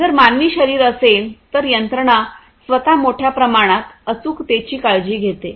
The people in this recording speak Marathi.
जर मानवी शरीर असेल तर यंत्रणा स्वतः मोठ्या प्रमाणात अचूकतेची काळजी घेते